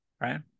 right